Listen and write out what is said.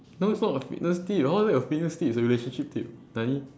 not it's not a fitness tip how is that a fitness tip it's a relationship tip nani